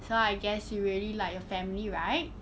so I guess you really like your family right